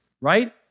right